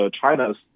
China's